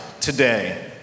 today